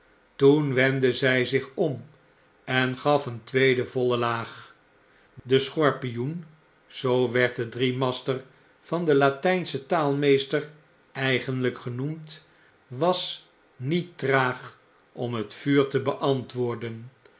toen wendde zy zich om en gaf een tweede voile laag de schorpioen zoo werd de driemaster van den latynschen taalmeester eigenlyk genoemd was niet traag om het vuur te beantwoorden